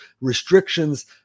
restrictions